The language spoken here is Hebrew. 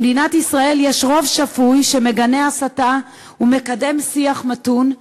במדינת ישראל יש רוב שפוי שמגנה הסתה ומקדם שיח מתון,